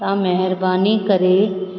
तव्हां महिरबानी करे